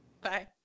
Bye